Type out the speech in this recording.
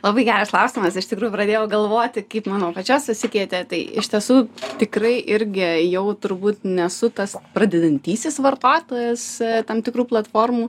labai geras klausimas iš tikrųjų pradėjau galvoti kaip mano pačios susikeitė tai iš tiesų tikrai irgi jau turbūt nesu tas pradedantysis vartotojas tam tikrų platformų